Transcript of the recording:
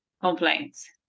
complaints